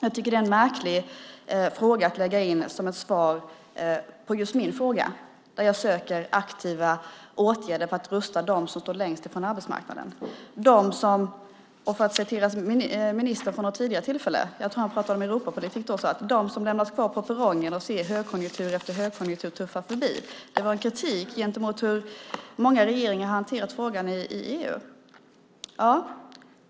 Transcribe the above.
Jag tycker att det är en märklig fråga att lägga in som svar på just min fråga där jag söker aktiva åtgärder för att rusta dem som står längst ifrån arbetsmarknaden eller, för att säga som ministern sade vid något tidigare tillfälle - jag tror att han pratade om Europapolitik då - de som lämnats kvar på perrongen och ser högkonjunktur efter högkonjunktur tuffa förbi. Det var en kritik mot hur många regeringar hanterat frågan i EU.